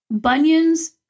bunions